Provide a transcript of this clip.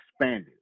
expanded